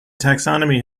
taxonomy